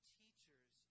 teachers